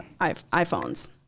iPhones